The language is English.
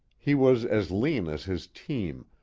he was as lean as his team,